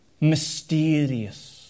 Mysterious